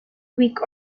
week